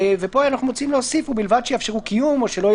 פה אנחנו מציעים להוסיף: ובלבד שיאפשרו קיום או שלא יהיה